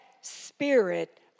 spirit